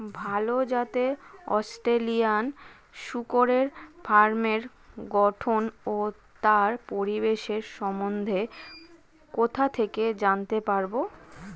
ভাল জাতের অস্ট্রেলিয়ান শূকরের ফার্মের গঠন ও তার পরিবেশের সম্বন্ধে কোথা থেকে জানতে পারবো?